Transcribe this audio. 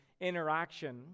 interaction